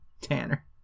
tanner